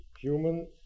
human